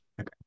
Okay